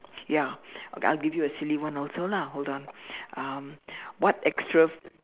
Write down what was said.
ya okay I'll give you a silly one also lah hold on um what extra